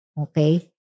Okay